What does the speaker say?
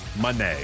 money